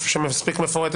שמספיק מפורטת,